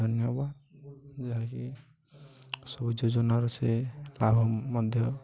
ଧନ୍ୟବାଦ ଯାହାକି ସବୁଯୋଜନାର ସେ ଲାଭ ମଧ୍ୟ